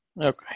Okay